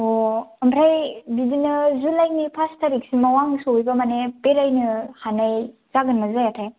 ओमफ्राय बिदिनो जुलाइनि पास थारिकसिमाव आं सहैबा माने बेरायनो हानाय जागोनना जायाथाय